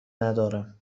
ندارم